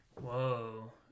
Whoa